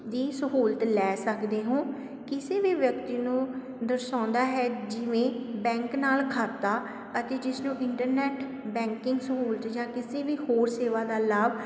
ਦੀ ਸਹੂਲਤ ਲੈ ਸਕਦੇ ਹੋ ਕਿਸੇ ਵੀ ਵਿਅਕਤੀ ਨੂੰ ਦਰਸਾਉਂਦਾ ਹੈ ਜਿਵੇਂ ਬੈਂਕ ਨਾਲ਼ ਖਾਤਾ ਅਤੇ ਜਿਸ ਨੂੰ ਇੰਟਰਨੈੱਟ ਬੈਂਕਿੰਗ ਸਹੂਲਤ ਜਾਂ ਕਿਸੇ ਵੀ ਹੋਰ ਸੇਵਾ ਦਾ ਲਾਭ